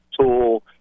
Tool